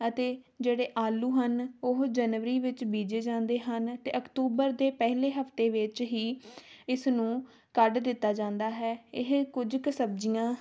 ਅਤੇ ਜਿਹੜੇ ਆਲੂ ਹਨ ਉਹ ਜਨਵਰੀ ਵਿੱਚ ਬੀਜੇ ਜਾਂਦੇ ਹਨ ਅਤੇ ਅਕਤੂਬਰ ਦੇ ਪਹਿਲੇ ਹਫਤੇ ਵਿੱਚ ਹੀ ਇਸਨੂੰ ਕੱਢ ਦਿੱਤਾ ਜਾਂਦਾ ਹੈ ਇਹ ਕੁਝ ਕੁ ਸਬਜ਼ੀਆਂ